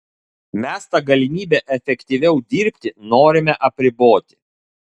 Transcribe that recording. mes tą galimybę efektyviau dirbti norime apriboti